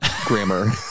grammar